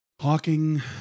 Hawking